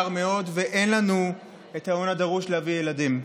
ואין לנו את ההון הדרוש להביא ילדים.